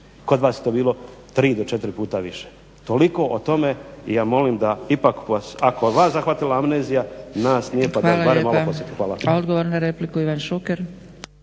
Kod vas je to bilo 3 do 4 puta više. Toliko o tome i ja molim da ipak ako je vas zahvatila amnezija nas nije, pa da barem ovako podsjetim. Hvala.